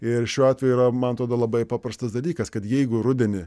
ir šiuo atveju yra man atrodo labai paprastas dalykas kad jeigu rudenį